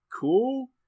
cool